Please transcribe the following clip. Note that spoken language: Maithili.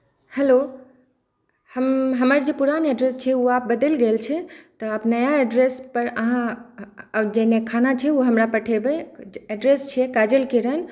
हेलो हमर जे पुरान एड्रेस छै ओ आब बदलि गेल छै तऽ अपनेँ नया एड्रेसपर अहाँ आब जे एहिमे खाना छै ओ पठेबै एड्रेस छिए काजल किरण